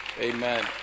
Amen